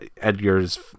Edgar's